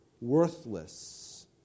worthless